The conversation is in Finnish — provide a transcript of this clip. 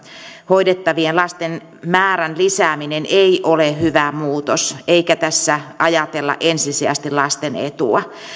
hoidettavien lasten määrän lisääminen ei ole hyvä muutos eikä tässä ajatella ensisijaisesti lasten etua